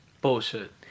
Bullshit